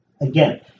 again